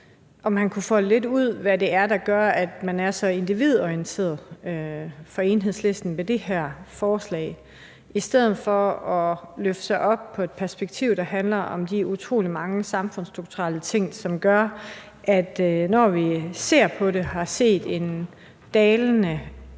om han kunne udfolde lidt, hvad det er, der gør, at man i Enhedslisten er så individorienteret med hensyn til det her forslag, i stedet for at løfte sig op på et perspektiv, der handler om de utrolig mange samfundsstrukturelle ting, som gør, at vi har set en dalende fertilitet